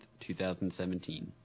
2017